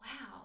wow